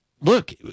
look